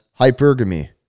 hypergamy